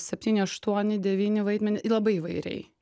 septyni aštuoni devyni vaidmeny labai įvairiai